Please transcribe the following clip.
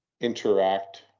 interact